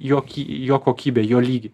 jokį jo kokybę jo lygį